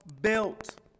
built